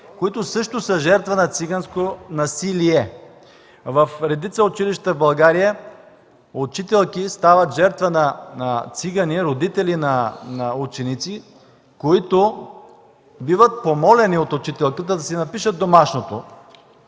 които също са жертва на циганско насилие. В редица училища в България учителки стават жертва на цигани, родители на ученици, които биват помолени от учителката да си напишат домашното.